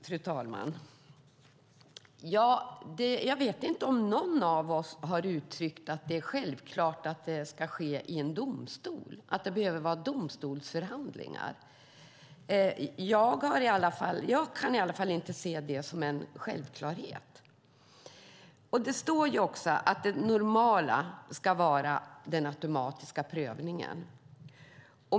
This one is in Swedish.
Fru talman! Jag vet inte om någon av oss har uttryckt att det är självklart att det behöver vara domstolsförhandlingar. Jag kan i alla fall inte se det som en självklarhet. Det står också att det normala ska vara den automatiska prövningen.